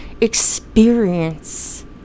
experience